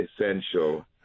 essential